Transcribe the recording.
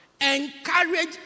encourage